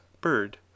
bird